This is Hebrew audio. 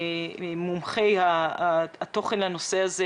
מומחי התוכן לנושא הזה,